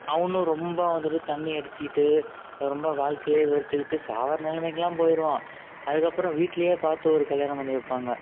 அவனும் ரொம்ப வந்துட்டு தண்ணி அடிச்சுட்டு ரொம்ப வாழ்க்கையே வெறுத்துட்டு சாகிற நிலைமைக்கெல்லாம் போயிடுவான் அதுக்கு அப்புறம் வீட்லேயே பார்த்து ஒரு கல்யாணம் பண்ணி வைப்பாங்க